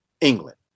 England